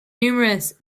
numerous